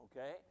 okay